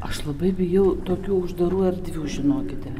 aš labai bijau tokių uždarų erdvių žinokite